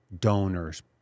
donors